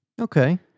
Okay